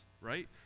Right